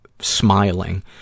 smiling